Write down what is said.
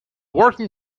working